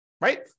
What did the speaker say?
right